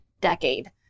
decade